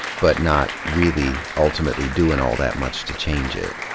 but not really ultimately doing all that much to change it.